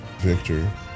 Victor